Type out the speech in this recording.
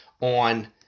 on